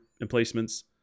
emplacements